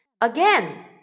Again